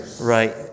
Right